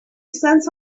cents